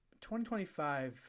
2025